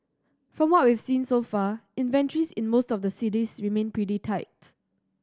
from what we've seen so far inventories in most of the cities remain pretty tight